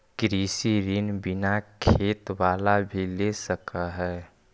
कृषि ऋण बिना खेत बाला भी ले सक है?